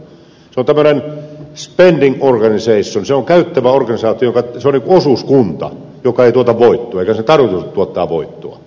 se on tämmöinen spending organisation se on käyttävä organisaatio se on niin kuin osuuskunta joka ei tuota voittoa eikä sen tarkoituskaan ole tuottaa voittoa